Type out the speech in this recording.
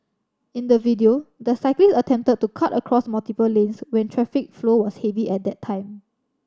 in the video the cyclist attempted to cut across multiple lanes when traffic flow was heavy at that time